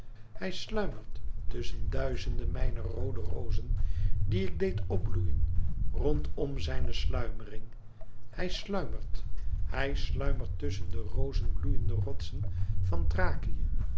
hij sluimert tusschen duizende mijner roode rozen die ik deed p bloeien rondom zijne sluimering hij sluimert hij sluimert tusschen de rozen bloeiende rotsen van